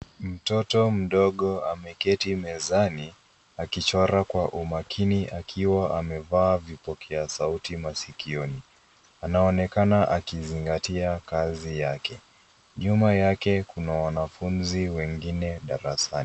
Mtoto mdogo ameketi mezani akichora kwa umakini akiwa amevaa vipokea sauti masikioni. Anaonekana akizingatia kazi yake. Nyuma yake kuna wanafunzi wengine darasani.